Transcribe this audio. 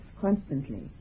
constantly